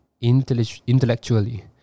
intellectually